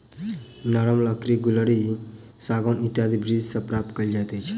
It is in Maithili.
नरम लकड़ी गुल्लरि, सागौन इत्यादि वृक्ष सॅ प्राप्त कयल जाइत अछि